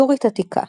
סורית עתיקה